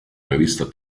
revista